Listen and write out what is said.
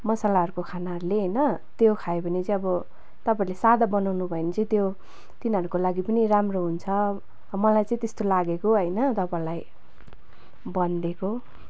मसालाहरूको खानाहरूले होइन त्यो खायो भने चाहिँ अब तपाईँहरूले साधा बनाउनु भयो भने चाहिँ त्यो तिनीहरूको लागि पनि राम्रो हुन्छ मलाई चाहिँ त्यस्तो लागेको होइन तपाईँहरूलाई भनिदिएको